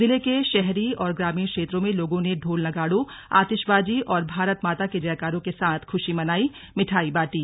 जिले के शहरी और ग्रामीण क्षेत्रो में लोगों ने ढोल नगाड़ों आतिशबाजी और भारत माता के जयकारों के साथ खुशी मनाई मिठाई बांटी